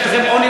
יש לכם עוני,